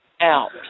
Out